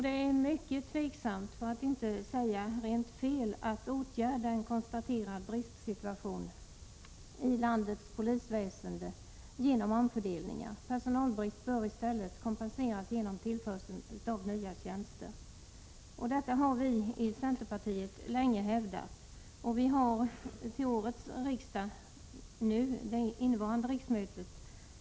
Det är mycket tvivelaktigt, för att inte säga rent fel, att åtgärda en konstaterad bristsituation inom landets polisväsende genom omfördelningar. Personalbrist bör i stället kompenseras genom tillförsel av nya tjänster. Detta har vi i centerpartiet länge hävdat. Vi har vid det innevarande riksmötet väckt en motion om en utbyggnad av Prot.